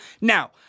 Now